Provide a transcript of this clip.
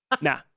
Nah